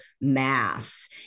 mass